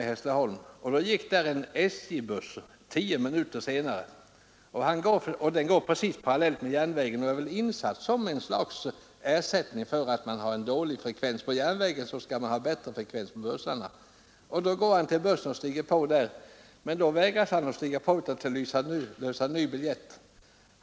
Det gick emellertid en SJ-buss till Vittsjö tio minuter senare. Busslinjen löper parallellt med järnvägen, och den är väl insatt som något slags ersättning för att man har en dålig frekvens på järnvägstrafiken. Den här personen steg på bussen. Men han vägrades att resa med bussen utan att lösa ny biljett.